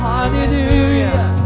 Hallelujah